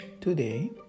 Today